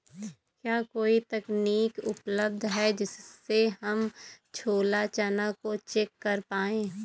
क्या कोई तकनीक उपलब्ध है जिससे हम छोला चना को चेक कर पाए?